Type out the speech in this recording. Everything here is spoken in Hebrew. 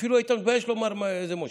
אפילו היית מתבייש לומר איזה מושב.